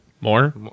More